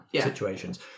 situations